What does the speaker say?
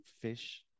fish